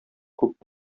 күп